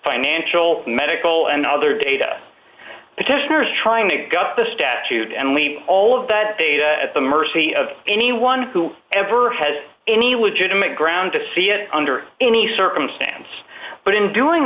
financial medical and other data petitioners trying to gut the statute and we all of that data at the mercy of anyone who ever has any legitimate grounds to see it under any circumstance but in doing